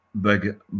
big